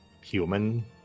human